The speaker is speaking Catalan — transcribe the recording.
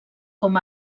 com